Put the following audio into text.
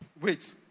Wait